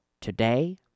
today